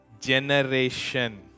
generation